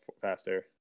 faster